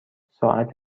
ساعت